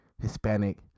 Hispanic